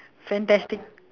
fantastic